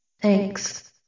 Thanks